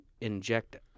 inject